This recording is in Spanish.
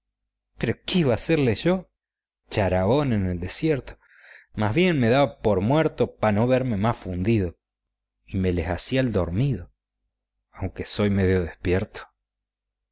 pero qué iba a hacerles yo charabón en el desierto más bien me daba por muerto pa no verme más fundido y me les hacía el dormido aunque soy medio despierto